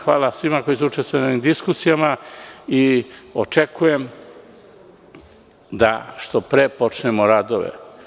Hvala svima koji su učestvovali u ovim diskusijama i očekujem da što pre počnemo radove.